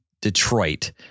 Detroit